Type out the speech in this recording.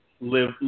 live